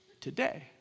Today